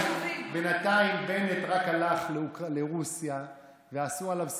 בינתיים בנט רק הלך לרוסיה ועשו עליו סיבוב,